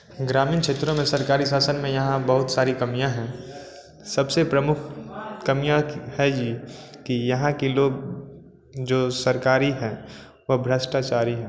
ग्रामीण क्षेत्रों में सरकारी शासन में यहाँ बहुत सारी कमियाँ हैं सबसे प्रमुख कमियाँ हैं यह कि यहाँ के लोग जो सरकारें हैं वह भ्रष्टाचारी हैं